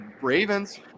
Ravens